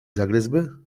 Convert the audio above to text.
zagryzły